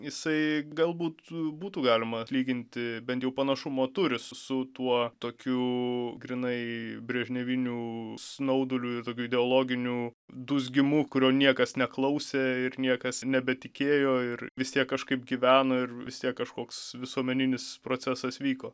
jisai galbūt būtų galima atlyginti bent jau panašumo turi su tuo tokiu grynai brežneviniu snauduliui ir tokiu ideologiniu dūzgimu kurio niekas neklausė ir niekas nebetikėjo ir vis tiek kažkaip gyveno ir vis tiek kažkoks visuomeninis procesas vyko